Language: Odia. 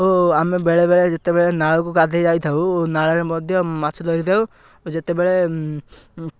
ଓ ଆମେ ବେଳେବେଳେ ଯେତେବେଳେ ନାଳକୁ ଗାଧେଇ ଯାଇଥାଉ ଓ ନାଳରେ ମଧ୍ୟ ମାଛ ଧରିଥାଉ ଓ ଯେତେବେଳେ